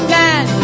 man